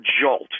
jolt